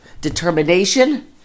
Determination